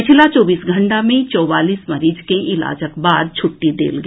पछिला चौबीस घंटा मे चौवालीस मरीज के इलाजक बाद छुट्टी देल गेल